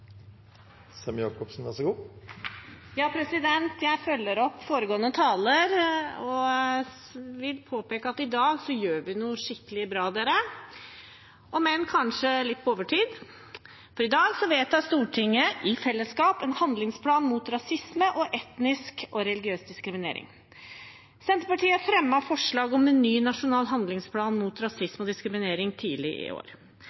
Jeg følger opp foregående taler og vil påpeke at i dag gjør vi noe skikkelig bra, dere – om enn kanskje litt på overtid. For i dag vedtar Stortinget i fellesskap en handlingsplan mot rasisme og etnisk og religiøs diskriminering. Senterpartiet fremmet tidlig i år forslag om en ny nasjonal handlingsplan mot rasisme og diskriminering. Selv om ikke vårt opprinnelige forslag blir vedtatt i